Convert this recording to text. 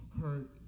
hurt